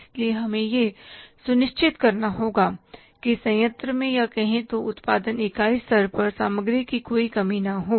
इसलिए हमें यह सुनिश्चित करना होगा कि संयंत्र में या कहे तो उत्पादन इकाई स्तर पर सामग्री की कोई कमी न हो